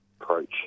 approach